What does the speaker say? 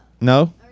No